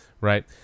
right